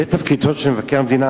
זה תפקידו של מבקר המדינה?